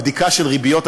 בדיקה של ריביות הבנקים,